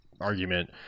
argument